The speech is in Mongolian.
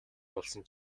болсон